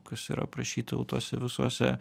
kas yra aprašyta jau tuose visuose